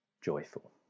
joyful